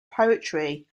poetry